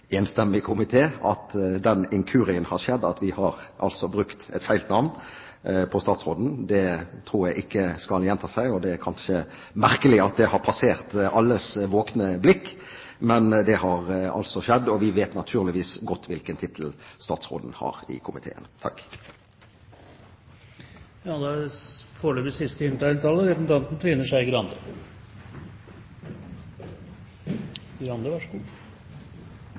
enstemmig komité at den inkurien har skjedd at vi har brukt feil navn på statsråden. Det tror jeg ikke skal gjenta seg, og det er kanskje merkelig at det har passert alles våkne blikk, men det har altså skjedd. Vi i komiteen vet naturligvis hvilken tittel statsråden har. Jeg er en type politiker som syns det er